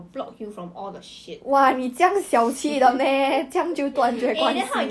why did you like him before honestly I just the only